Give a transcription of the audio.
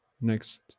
next